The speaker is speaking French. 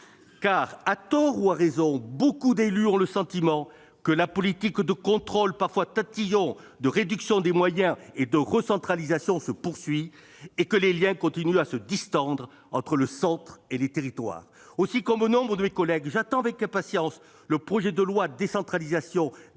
... À tort ou à raison, nombre d'élus ont le sentiment que la politique de contrôle, parfois tatillon, de réduction des moyens et de recentralisation se poursuit, et que les liens continuent à se distendre entre le centre et les territoires. Aussi, comme nombre de mes collègues, j'attends avec impatience le projet de loi « décentralisation, déconcentration